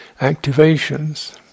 Activations